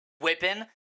whipping